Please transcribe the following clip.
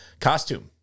costume